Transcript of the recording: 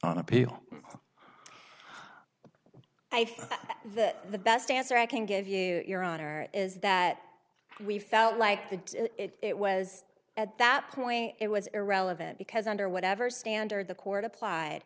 on appeal i think that the best answer i can give you your honor is that we felt like the it was at that point it was irrelevant because under whatever standard the court applied